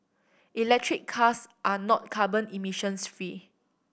electric cars are not carbon emissions fee